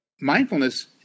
Mindfulness